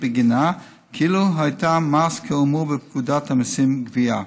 בגינה כאילו הייתה מס כאמור בפקודת המיסים (גבייה).